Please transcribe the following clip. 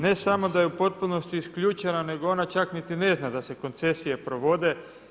Ne samo da je u potpunosti isključena, nego ona čak niti ne zna da se koncesije provode.